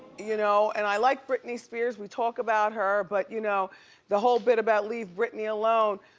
you know? and i like britney spears, we talk about her but you know the whole bit about leave britney alone.